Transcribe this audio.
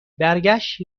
برگشت